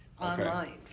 online